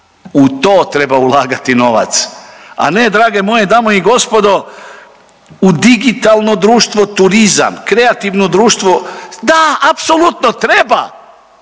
U to treba ulagati novac, a ne drage moje dame i gospodo u digitalno društvo turizam, kreativno društvo. Da, apsolutno treba,